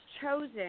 chosen